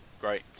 Great